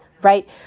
Right